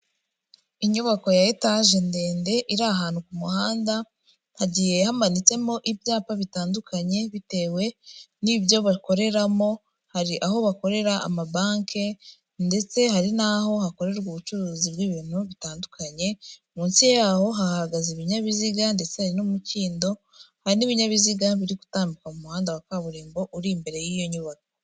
Inyubako ya etage ndende iri ahantu ku muhanda, hagiye hamanitsemo ibyapa bitandukanye bitewe n'ibyo bakoreramo; hari aho bakorera amabanki ndetse hari n'aho hakorerwa ubucuruzi bw'ibintu bitandukanye; munsi yaho hahagaze ibinyabiziga ndetse n'umukindo; hari n'ibinyabiziga biri gutambuka mu muhanda wa kaburimbo uri imbere y'iyo nyubako.